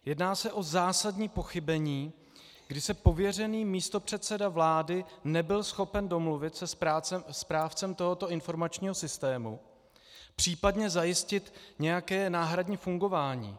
Jedná se o zásadní pochybení, kdy se pověřený místopředseda vlády nebyl schopen domluvit se správcem tohoto informačního systému, případně zajistit nějaké náhradní fungování.